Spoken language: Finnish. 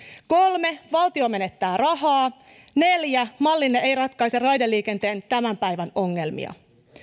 kolme valtio menettää rahaa neljä mallinne ei ratkaise raideliikenteen tämän päivän ongelmia